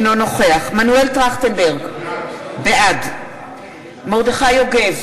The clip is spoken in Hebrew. אינו נוכח מנואל טרכטנברג, בעד מרדכי יוגב,